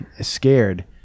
scared